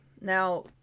Now